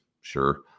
Sure